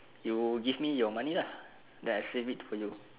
you give me your money lah then I save it for you